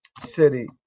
city